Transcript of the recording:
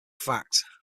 fact